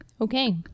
Okay